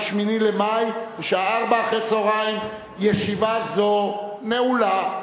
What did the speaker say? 8 במאי, בשעה 16:00. ישיבה זו נעולה.